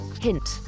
hint